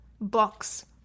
Box